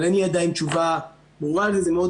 אבל אין לי עדיין תשובה ברורה לזה.